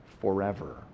forever